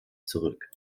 zurück